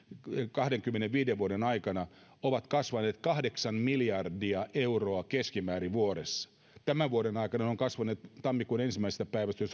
kahdenkymmenenviiden vuoden aikana ovat kasvaneet kahdeksan miljardia euroa keskimäärin vuodessa tämän vuoden aikana ne ovat kasvaneet tammikuun ensimmäisestä päivästä